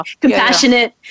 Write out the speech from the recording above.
compassionate